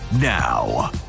now